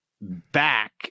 back